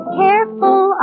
careful